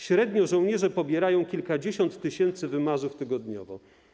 Średnio żołnierze pobierają kilkadziesiąt tysięcy wymazów tygodniowo.